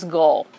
goal